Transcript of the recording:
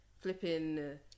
flipping